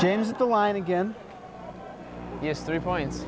james the line again yes three points